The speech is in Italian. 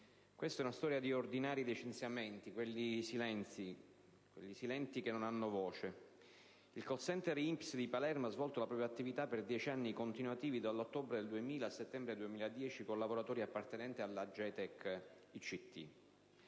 questa è una storia di ordinari licenziamenti, quelli silenti che non hanno voce. Il *call center* INPS di Palermo ha svolto la propria attività per dieci anni continuativi, da ottobre 2000 a settembre 2010, con lavoratori appartenenti alla Getek ICT